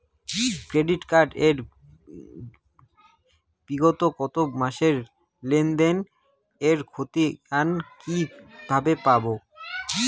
Credit card এর বিগত এক মাসের লেনদেন এর ক্ষতিয়ান কি কিভাবে পাব?